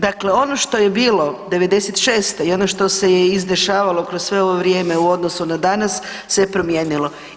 Dakle, ono što je bilo '96.-te i ono što se je izdešavalo kroz sve ovo vrijeme u odnosu na danas se je promijenilo.